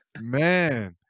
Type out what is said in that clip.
Man